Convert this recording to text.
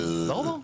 ברור ברור.